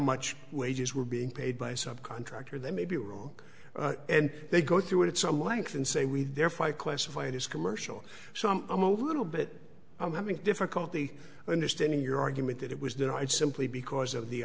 much wages were being paid by subcontractor that may be wrong and they go through it at some length and say we therefore i classify it as commercial so i'm i'm a little bit i'm having difficulty understanding your argument that it was denied simply because of the